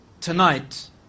tonight